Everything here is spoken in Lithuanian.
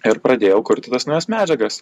ir pradėjau kurti tas naujas medžiagas